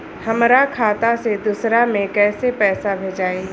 हमरा खाता से दूसरा में कैसे पैसा भेजाई?